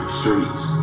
streets